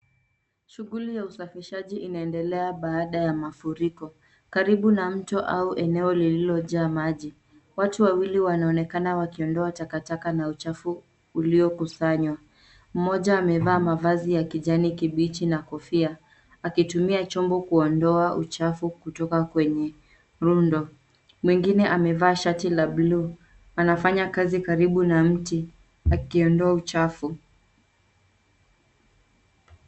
Shughuli ya usafishaji inaendelea baada ya mafuriko karibu na mto au eneo lililojaa maji. Watu wawili wanaonekana wakiondoa takataka na uchafu uliokusanywa. Mmoja amevaa mavazi ya kijani kibichi na kofia akitumia chombo kuondoa uchafu kutoka kwenye rundo. Mwingine amevaa shati la blue . Anafanya kazi karibu na mti akiondoa uchafu.